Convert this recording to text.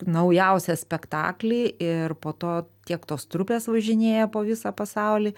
naujausią spektaklį ir po to tiek tos trupės važinėja po visą pasaulį